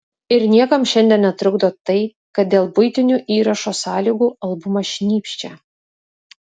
ir niekam šiandien netrukdo tai kad dėl buitinių įrašo sąlygų albumas šnypščia